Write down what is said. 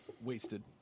Wasted